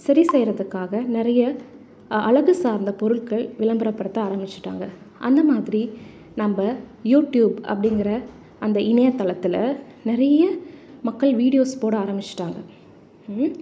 சரி செய்வதுக்காக நிறைய அ அழகு சார்ந்த பொருட்கள் விளம்பரப்படுத்த ஆரம்பிச்சுட்டாங்க அந்த மாதிரி நம்ம யூடியூப் அப்படிங்கிற அந்த இணையதளத்தில் நிறைய மக்கள் வீடியோஸ் போட ஆரம்பிச்சுட்டாங்க